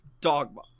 Dogma